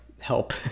help